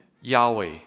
Yahweh